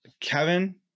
Kevin